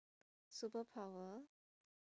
superpower